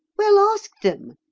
well, ask them,